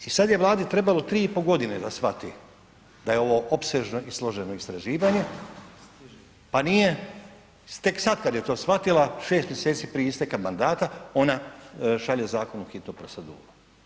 I sad je Vladi trebalo 3,5 g. da shvati da ovo opsežno i složeno istraživanje pa nije, tek sad kad je to shvatila, 6 mj. prije isteka mandata, ona šalje zakon u hitnu proceduru.